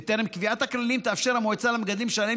בטרם קביעת הכללים תאפשר המועצה למגדלים שעליהם